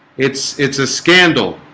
it's it's a scandal